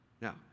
Now